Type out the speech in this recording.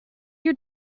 your